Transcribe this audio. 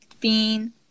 Bean